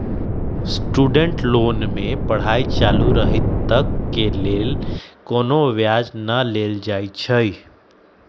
student loan में पढ़ाई चालू रहइत तक के लेल कोनो ब्याज न लेल जाइ छइ